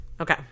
Okay